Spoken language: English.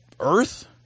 earth